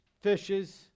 fishes